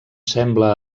sembla